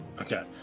Okay